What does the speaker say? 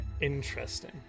Interesting